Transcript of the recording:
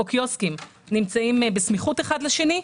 או קיוסקים נמצאים בסמיכות האחד לשני.